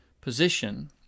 position